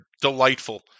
delightful